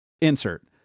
Insert